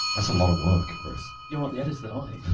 that's a lot of work, chris. you're not the editor though, are you?